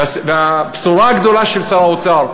והבשורה הגדולה של שר האוצר,